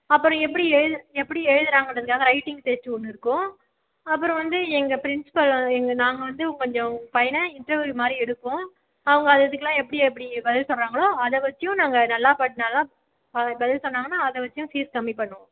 அப்புறம் எப்படி எழு எப்படி எழுதுகிறாங்கன்றதுக்காக ரைட்டிங் டெஸ்ட் ஒன்று இருக்கும் அப்புறம் வந்து எங்கள் பிரின்ஸ்பல் எங்கள் நாங்கள் வந்து கொஞ்சம் உங்கள் பையனை இன்டெர்வியூ மாதிரி எடுப்போம் அவங்க அதுக்கெலாம் எப்படி எப்படி பதில் சொல்கிறாங்களோ அதை வைச்சும் நாங்கள் நல்லா ப நல்லா ப பதில் சொன்னாங்கன்னால் அதை வைச்சும் ஃபீஸ் கம்மி பண்ணுவோம்